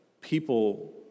people